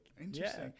Interesting